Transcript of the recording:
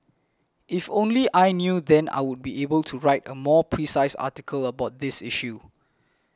if only I knew then I would be able to write a more precise article about this issue